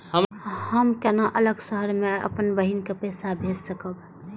हम केना अलग शहर से अपन बहिन के पैसा भेज सकब?